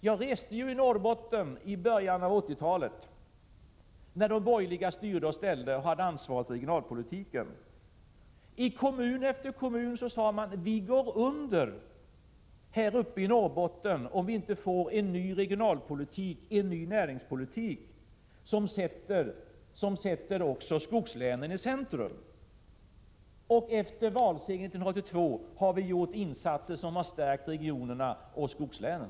Jag reste i Norrbotten i början av 1980-talet, när de borgerliga styrde och ställde och hade ansvaret för regionalpolitiken. I kommun efter kommun sade människor att de skulle gå under där uppe i Norrbotten om det inte blev en ny regionalpolitik och en ny näringspolitik, där skogslänen sattes i centrum. Efter valsegern 1982 har vi socialdemokrater gjort insatser som har stärkt regionerna och skogslänen.